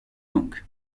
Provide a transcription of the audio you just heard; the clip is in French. donc